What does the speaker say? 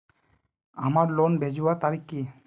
हमार लोन भेजुआ तारीख की?